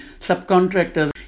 subcontractors